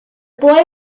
boy